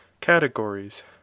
Categories